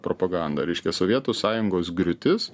propaganda reiškia sovietų sąjungos griūtis